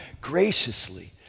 graciously